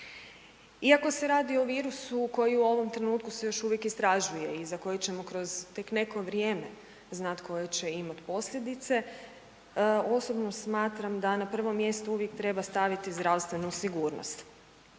Iako se radi o virusu koji u ovom trenutku se još uvijek istražuje i za koji ćemo kroz tek neko vrijeme znat koje će imat posljedice, osobno smatram da na prvom mjestu uvijek treba staviti zdravstvenu sigurnost.